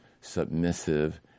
submissive